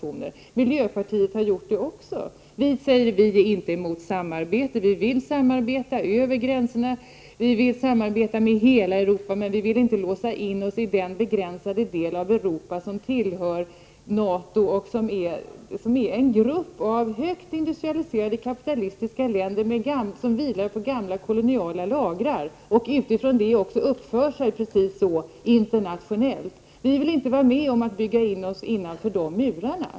Också miljöpartiet har talat om detta. Vi säger att vi inte är emot samarbete, utan vi vill samarbeta över gränserna. Vi vill samarbeta med hela Europa, men vi vill inte låsa in oss i den begränsade del av Europa som tillhör NATO och som är en grupp av högt industrialiserade kapitalistiska länder som vilar på gamla koloniala lagrar och utifrån detta också uppför sig precis på ett sådant sätt internationellt. Vi vill inte vara med om att bygga in Sverige innanför dessa murar.